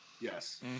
Yes